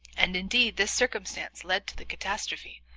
and, indeed, this circumstance led to the catastrophe,